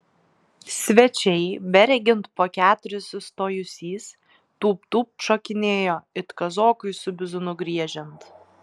svečiai beregint po keturis sustojusys tūpt tūpt šokinėjo it kazokui su bizūnu griežiant